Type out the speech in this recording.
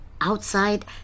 Outside